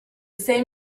same